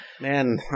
Man